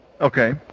Okay